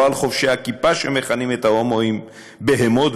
לא על חובשי הכיפה שמכנים את ההומואים בהמות,